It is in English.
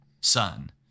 son